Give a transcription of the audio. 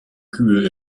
kühe